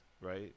right